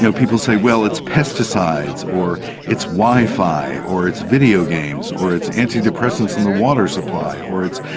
so people say, well, it's pesticides or it's wi-fi or it's video games or it's antidepressants in the water supplier, or it's,